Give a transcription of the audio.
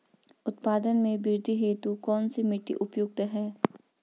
उत्पादन में वृद्धि हेतु कौन सी मिट्टी उपयुक्त है?